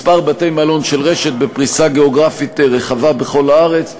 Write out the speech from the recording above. כמה בתי-מלון של רשת בפריסה גיאוגרפית רחבה בכל הארץ,